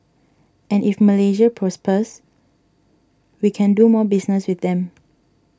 and if Malaysia prospers we can do more business with them